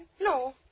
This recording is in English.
No